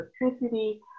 electricity